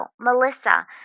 Melissa